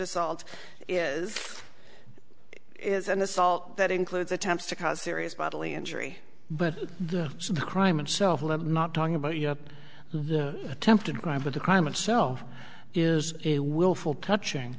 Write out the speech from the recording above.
assault is it is an assault that includes attempts to cause serious bodily injury but the the crime itself not talking about your attempted crime but the crime itself is a willful touching